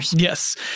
Yes